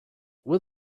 will